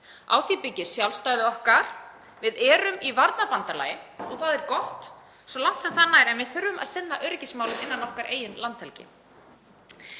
Á því byggir sjálfstæði okkar. Við erum í varnarbandalagi og það er gott svo langt sem það nær, en við þurfum að sinna öryggismálum innan okkar eigin landhelgi.